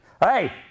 Hey